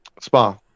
Spa